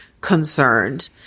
concerned